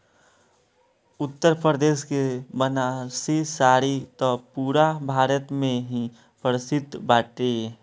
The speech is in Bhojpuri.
उत्तरप्रदेश के बनारसी साड़ी त पुरा भारत में ही प्रसिद्ध बाटे